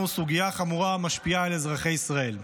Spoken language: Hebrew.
סוגיה המורה המשפיעה על אזרחי ישראל,